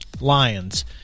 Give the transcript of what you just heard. Lions